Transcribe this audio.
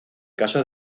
caso